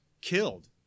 killed